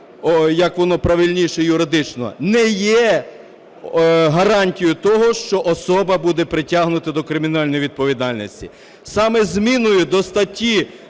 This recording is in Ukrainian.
як воно правильніше юридично, не є гарантією того, що особа буде притягнута до кримінальної відповідальності. Саме зміною до статті